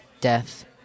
death